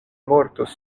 mortos